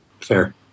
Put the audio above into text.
Fair